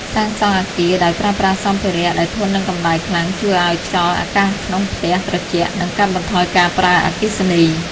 សាងសង់អគារដោយប្រើប្រាស់សម្ភារដែលធន់នឹងកម្ដៅខ្លាំងជួយឱ្យខ្យល់អាកាសក្នុងផ្ទះត្រជាក់ និង កាត់បន្ថយការប្រើអគ្គិសនី។